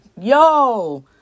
yo